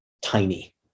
tiny